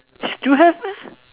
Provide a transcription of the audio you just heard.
still have meh